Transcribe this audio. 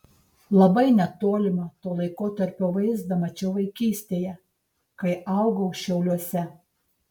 labai netolimą to laikotarpio vaizdą mačiau vaikystėje kai augau šiauliuose